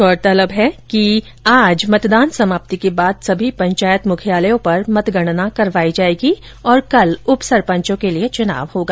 गौरतलब है कि मतदान समाप्ति के बाद सभी पंचायत मुख्यालयों पर मतगणना करवाई जाएगी और कल उपसरपंच का चुनाव होगा